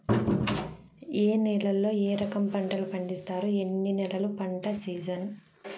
ఏ నేలల్లో ఏ రకము పంటలు పండిస్తారు, ఎన్ని నెలలు పంట సిజన్?